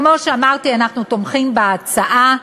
כמו שאמרתי, אנחנו תומכים בהצעה.